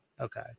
Okay